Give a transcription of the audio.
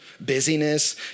Busyness